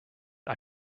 are